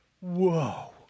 Whoa